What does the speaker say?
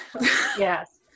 Yes